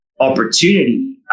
opportunity